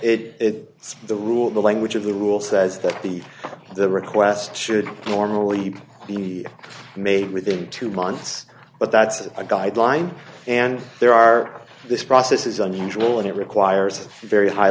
it the rule the language of the rule says that the the requests should normally be made within two months but that's a guideline and there are this process is unusual and it requires very high